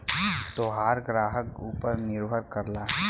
तोहार ग्राहक ऊपर निर्भर करला